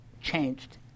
changed